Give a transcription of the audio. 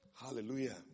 Hallelujah